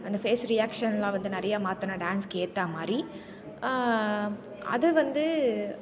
அந்த ஃபேஸ் ரியாக்ஷன்லாம் வந்து நிறையா மாற்றணும் டான்ஸ்க்கு ஏத்தமாதிரி அது வந்து